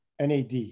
NAD